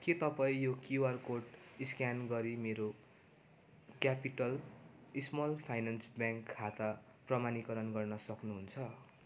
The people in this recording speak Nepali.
के तपाईँ यो क्युआर कोड स्क्यान गरी मेरो क्यापिटल स्मल फाइनान्स ब्याङ्क खाता प्रमाणीकरण गर्न सक्नु हुन्छ